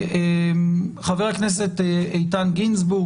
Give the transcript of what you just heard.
חבר הכנסת איתן גינזבורג,